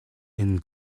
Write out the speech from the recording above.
inn